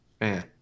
man